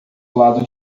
lado